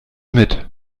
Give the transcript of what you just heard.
mit